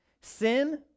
Sin